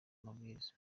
amabwiriza